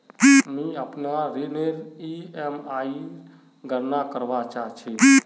मि अपनार ऋणनेर ईएमआईर गणना करवा चहा छी